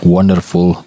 Wonderful